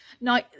Now